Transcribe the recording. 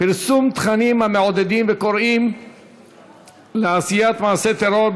פרסום תכנים ברשתות החברתיות המעודדים וקוראים לעשיית מעשי טרור,